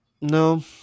No